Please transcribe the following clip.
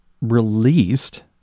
released